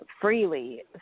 freely